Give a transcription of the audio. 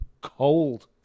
cold